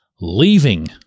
leaving